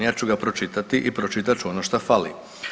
Ja ću ga pročitati i pročitat ću ono što fali.